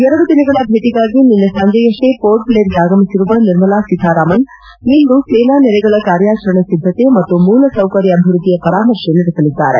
ಎರಡು ದಿನಗಳ ಭೇಟಿಗಾಗಿ ನಿನ್ನೆ ಸಂಜೆಯಷ್ವೇ ಪೋರ್ಟ್ಬ್ಲೇರ್ಗೆ ಆಗಮಿಸಿರುವ ನಿರ್ಮಲಾ ಸೀತಾರಾಮನ್ ಇಂದು ಸೇನಾ ನೆಲೆಗಳ ಕಾರ್ಯಾಚರಣೆ ಸಿದ್ದತೆ ಮತ್ತು ಮೂಲಸೌಕರ್ಯ ಅಭಿವ್ವದ್ದಿಯ ಪರಾಮರ್ಶೆ ನಡೆಸಲಿದ್ದಾರೆ